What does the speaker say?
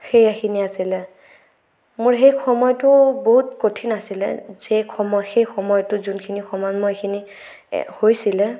সেয়ে খিনিয়ে আছিল মোৰ সেই সময়টো বহুত কঠিন আছিল যে সময় সেই সময়টো যোনখিনি সময় মই এইখিনি হৈছিল